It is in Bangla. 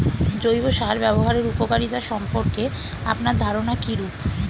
জৈব সার ব্যাবহারের উপকারিতা সম্পর্কে আপনার ধারনা কীরূপ?